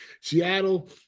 Seattle